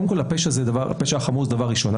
קודם כול, הפשע החמור זה דבר ראשון.